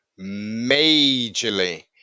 Majorly